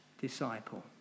disciple